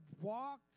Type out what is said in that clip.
walked